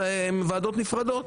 אלה ועדות נפרדות.